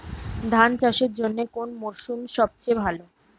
ধান চাষের জন্যে কোন মরশুম সবচেয়ে ভালো?